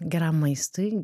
geram maistui